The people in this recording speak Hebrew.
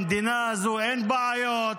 במדינה הזאת אין בעיות,